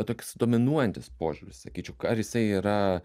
toks dominuojantis požiūris sakyčiau ar jisai yra